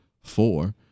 four